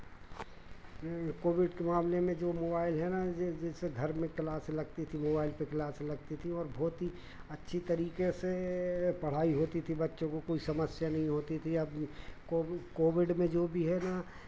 ये कोविड के मामले में जो मोबाइल है ना ये जैसे घर में क्लास लगती थी मोबाइल पे क्लास लगती थी और बहुत ही अच्छी तरीके से पढ़ाई होती थी बच्चों को कोई समस्या नहीं होती थी अब कोविड कोविड में जो भी है ना